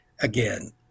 again